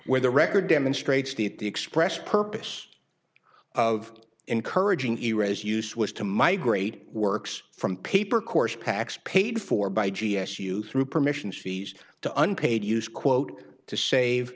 where the record demonstrates that the express purpose of encouraging eras use was to migrate works from paper course packs paid for by g s you through permissions fees to unpaid use quote to save